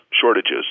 shortages